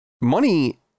money